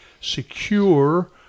secure